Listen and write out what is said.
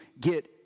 get